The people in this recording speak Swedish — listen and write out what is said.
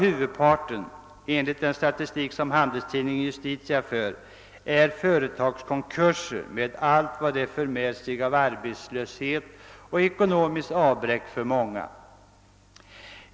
Huvudparten är, enligt den statistik som Svensk Handelstidning Justitia för, företagskonkurser med allt vad sådana innebär av arbetslöshet och ekonomiskt avbräck för många.